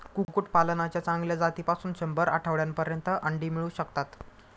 कुक्कुटपालनाच्या चांगल्या जातीपासून शंभर आठवड्यांपर्यंत अंडी मिळू शकतात